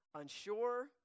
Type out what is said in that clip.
unsure